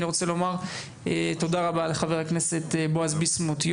אני רוצה לומר תודה רבה לחבר הכנסת בועז ביסמוט,